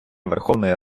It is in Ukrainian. верховної